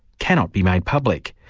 cannot be made public.